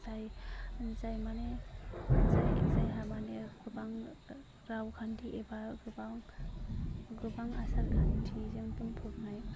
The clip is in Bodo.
जाय जाय मानि जाय जायहा मानि गोबां रावखान्थि एबा गोबां गोबां आसार खान्थिजों बुंफबनाय